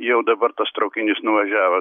jau dabar tas traukinys nuvažiavo